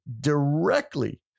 directly